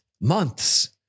months